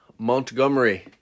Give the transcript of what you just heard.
Montgomery